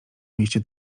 mieście